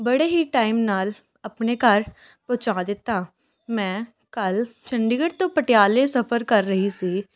ਬੜੇ ਹੀ ਟਾਈਮ ਨਾਲ ਆਪਣੇ ਘਰ ਪਹੁੰਚਾ ਦਿੱਤਾ ਮੈਂ ਕੱਲ੍ਹ ਚੰਡੀਗੜ੍ਹ ਤੋਂ ਪਟਿਆਲੇ ਸਫ਼ਰ ਕਰ ਰਹੀ ਸੀ